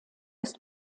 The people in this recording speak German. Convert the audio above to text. ist